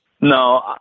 No